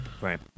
Right